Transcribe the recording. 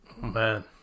Man